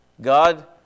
God